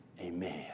amen